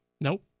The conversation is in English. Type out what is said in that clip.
Nope